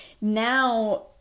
now